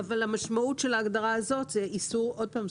אבל המשמעות של ההגדרה הזאת זה איסור עוד פעם,